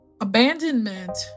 abandonment